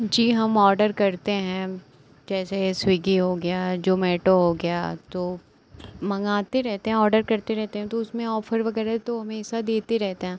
जी हम ऑडर करते हैं जैसे स्विगी हो गया जोमैटो हो गया तो मँगाते रहते हैं ऑडर करते रहते हैं तो उसमें ऑफ़र वग़ैरह तो हमेशा देते रहते हैं